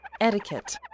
etiquette